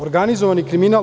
Organizovani kriminal?